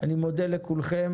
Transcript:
אני מודה לכולכם.